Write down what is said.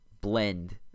blend